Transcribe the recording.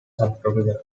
subtropical